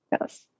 Yes